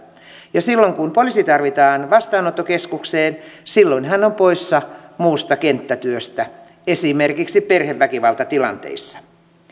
ja kun poliisi tarvitaan vastaanottokeskukseen silloin hän on poissa muusta kenttätyöstä esimerkiksi perheväkivaltatilanteista